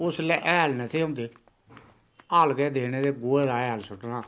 उसलै हैल ने हे होंदे हल गै देने ते गुए दा हैल सुट्ट्ना